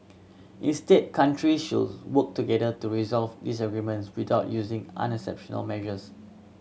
instead country should work together to resolve disagreements without using exceptional measures